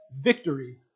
victory